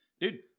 Dude